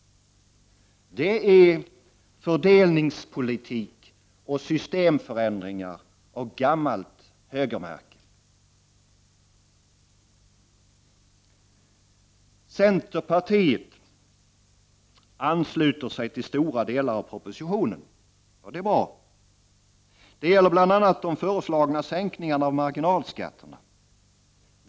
Det är fördelningspolitik och systemförändringar av gammalt högermärke! Centerpartiet ansluter sig till stora delar av propositionen. Det är bra. Det gäller bl.a. de föreslagna sänkningarna av marginalskatterna.